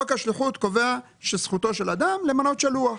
חוק השיחות קובע שזכותו של אדם למנות שלוח.